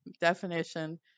definition